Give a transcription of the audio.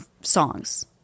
songs